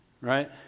right